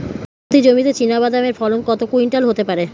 Acre প্রতি জমিতে চীনাবাদাম এর ফলন কত কুইন্টাল হতে পারে?